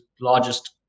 largest